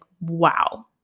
wow